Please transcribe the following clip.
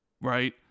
right